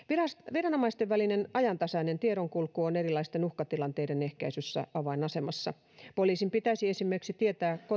viranomaisten välinen ajantasainen tiedonkulku on erilaisten uhkatilanteiden ehkäisyssä avainasemassa poliisin pitäisi esimerkiksi tietää